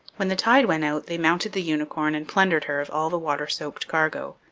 when the tide went out they mounted the unicorn and plundered her of all the water-soaked cargo.